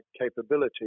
capability